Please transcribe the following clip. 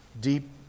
deep